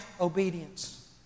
obedience